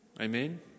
Amen